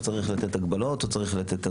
או שצריך לתת הגבלות או אזהרות.